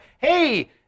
Hey